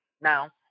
now